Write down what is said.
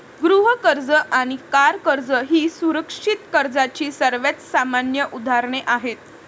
गृह कर्ज आणि कार कर्ज ही सुरक्षित कर्जाची सर्वात सामान्य उदाहरणे आहेत